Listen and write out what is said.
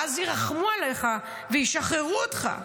ואז ירחמו עליך וישחררו אותך.